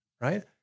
right